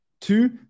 Two